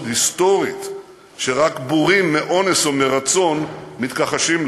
היסטורית שרק בורים מאונס או מרצון מתכחשים לה.